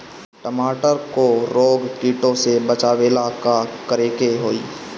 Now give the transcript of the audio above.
टमाटर को रोग कीटो से बचावेला का करेके होई?